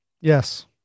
yes